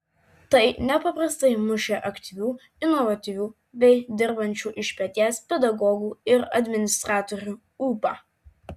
tai nepaprastai mušė aktyvių inovatyvių bei dirbančių iš peties pedagogų ir administratorių ūpą